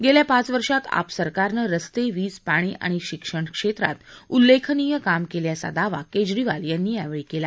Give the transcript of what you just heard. गेल्या पाच वर्षात आप सरकारनं रस्ते वीज पाणी आणि शिक्षण क्षेत्रात उल्लेखनीय काम केल्याचा दावा केजरीवाल यांनी यावेळी केला